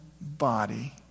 body